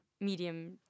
medium